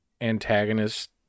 antagonist